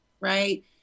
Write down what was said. right